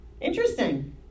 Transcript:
Interesting